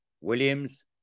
Williams